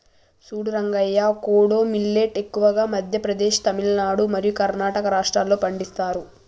సూడు రంగయ్య కోడో మిల్లేట్ ఎక్కువగా మధ్య ప్రదేశ్, తమిలనాడు మరియు కర్ణాటక రాష్ట్రాల్లో పండిస్తారు